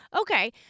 Okay